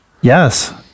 yes